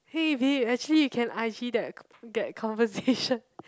hey babe actually you can I_G that that conversation